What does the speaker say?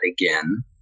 again